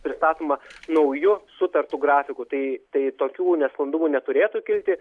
pristatoma nauju sutartu grafiku tai tai tokių nesklandumų neturėtų kilti